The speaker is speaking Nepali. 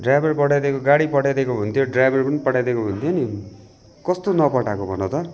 ड्राइभर पठाइदिएको गाडी पठाइदिएको भए हुन्थ्यो ड्राइभर पनि पठाइदिएको भए हुन्थ्यो नि कस्तो नपठाएको भन त